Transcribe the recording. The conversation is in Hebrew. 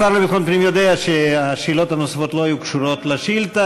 השר לביטחון פנים יודע שהשאלות הנוספות לא היו קשורות לשאילתה.